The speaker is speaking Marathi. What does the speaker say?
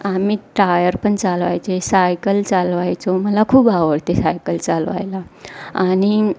आम्ही टायर पण चालवायचे सायकल चालवायचो मला खूप आवडते सायकल चालवायला आणि